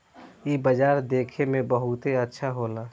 इ बाजार देखे में बहुते अच्छा होला